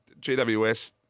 GWS